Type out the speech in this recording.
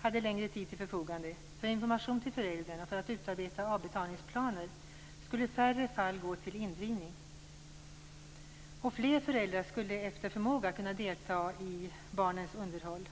hade längre tid till förfogande för information till föräldern och för att utarbeta avbetalningsplaner skulle färre fall gå till indrivning. Fler föräldrar skulle då efter förmåga kunna delta i barnens underhåll.